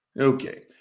Okay